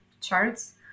charts